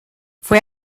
fue